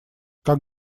как